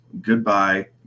goodbye